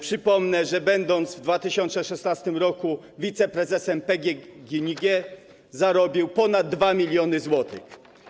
Przypomnę, że będąc w 2016 r. wiceprezesem PGNiG zarobił ponad 2 mln zł.